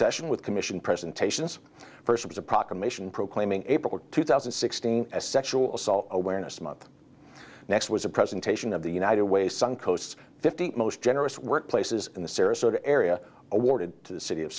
session with commission presentations first was a proclamation proclaiming april two thousand and sixteen as sexual assault awareness month next was a presentation of the united way suncoast fifty most generous workplaces in the sarasota area awarded to the city of